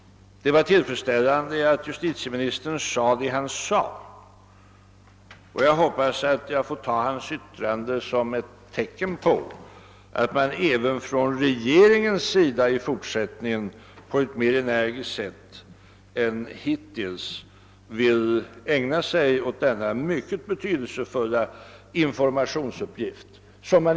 Det var tillfredsställande att justitieministern sade vad han sade, och jag hoppas att jag får ta hans yttrande som ett tecken på att även regeringen i fortsättningen mer energiskt än hittills vill ägna sig åt denna mycket betydelsefulla informationsuppgift.